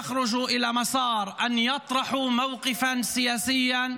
לפני כמה דקות יצאה הודעה ששני אזרחים בצפון נפצעו קשה מפגיעת כטב"ם,